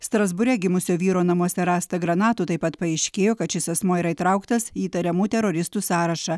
strasbūre gimusio vyro namuose rasta granatų taip pat paaiškėjo kad šis asmuo yra įtrauktas į įtariamų teroristų sąrašą